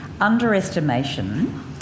underestimation